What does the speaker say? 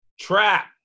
Trap